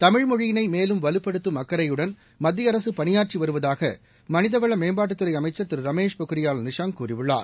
தமிழ்மொழியினை மேலும் வலுப்படுத்தும் அக்கறையுடன் மத்திய அரசு பணியாற்றி வருவதாக மனிதவள மேம்பாட்டுத்துறை அமைச்சர் திரு ரமேஷ் பொக்ரியால் நிஷாங் கூறியுள்ளார்